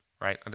right